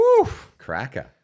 cracker